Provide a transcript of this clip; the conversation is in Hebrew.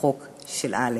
"החוק של אלן".